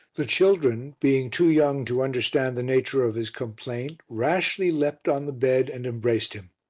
the children, being too young to understand the nature of his complaint, rashly leapt on the bed and embraced him.